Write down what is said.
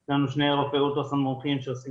יש לנו שני רופאי אולטרסאונד מומחים שעושים